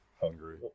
hungry